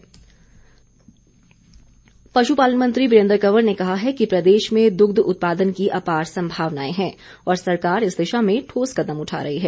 वीरेन्द्र कंवर पशुपालन मंत्री वीरेन्द्र कंवर ने कहा है कि प्रदेश में दुग्ध उत्पादन की अपार संभावनाएं हैं और सरकार इस दिशा में ठोस कदम उठा रही है